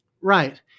Right